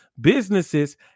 businesses